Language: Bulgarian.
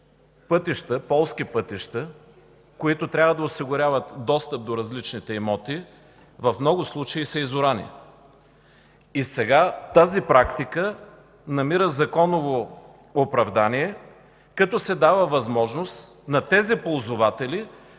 17, че полски пътища, които трябва да осигуряват достъп до различните имоти, в много случаи са изорани. Сега тази практика намира законово оправдание, като се дава възможност на тези ползватели